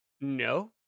No